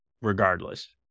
regardless